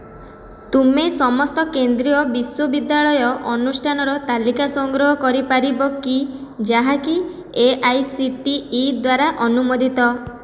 ତୁମେ ସମସ୍ତ କେନ୍ଦ୍ରୀୟ ବିଶ୍ୱବିଦ୍ୟାଳୟ ଅନୁଷ୍ଠାନର ତାଲିକା ସଂଗ୍ରହ କରିପାରିବ କି ଯାହାକି ଏଆଇସିଟିଇ ଦ୍ୱାରା ଅନୁମୋଦିତ